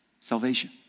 Salvation